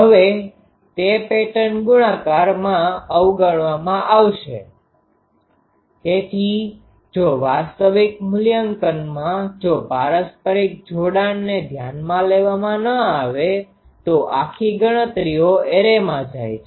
હવે તે પેટર્ન ગુણાકારમાં અવગણવામાં આવે છે તેથી જો વાસ્તવિક મૂલ્યાંકનમાં જો પારસ્પરિક જોડાણને ધ્યાનમાં લેવામાં ન આવે તો આખી ગણતરીઓ એરેમાં જાય છે